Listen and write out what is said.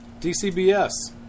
DCBS